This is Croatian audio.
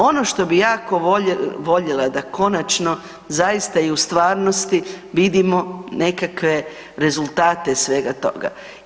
Ono što bi ja voljela da konačno zaista i u stvarnosti vidimo nekakve rezultate svega toga.